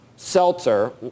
seltzer